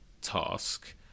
task